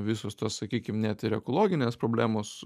visos tos sakykim net ir ekologinės problemos